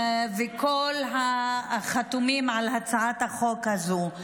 כל החתומים על הצעת החוק הזו.